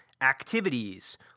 activities